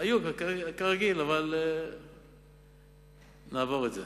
היו כרגיל, אבל נעבור את זה.